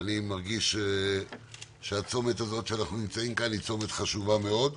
אני מרגיש שהצומת הזה שאנחנו נמצאים בו כאן הוא צומת חשוב מאוד,